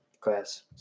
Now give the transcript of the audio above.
class